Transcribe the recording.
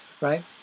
right